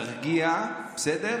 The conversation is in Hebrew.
תרגיע, בסדר?